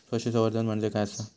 पशुसंवर्धन म्हणजे काय आसा?